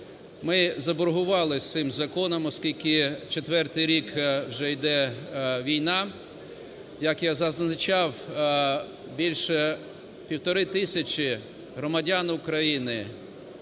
Ми заборгували з цим законом, оскільки четвертий рік уже йде війна. Як я зазначав, більше півтори тисячі громадян України